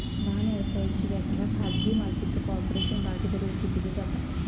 लहान व्यवसायाची व्याख्या खाजगी मालकीचो कॉर्पोरेशन, भागीदारी अशी केली जाता